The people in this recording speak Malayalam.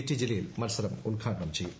ടി ജലീൽ മത്സരം ഉദ്ഘാടനം ചെയ്യും